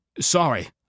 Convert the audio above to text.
Sorry